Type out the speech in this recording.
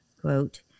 quote